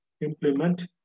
implement